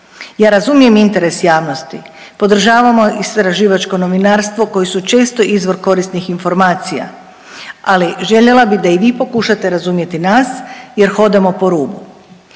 Ja razumijem interes javnosti, podržavamo istraživačko novinarstvo koji su često izvor korisnih informacija, ali željela bih da i vi pokušate razumjeti nas jer hodamo po ruku.